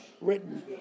written